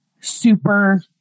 super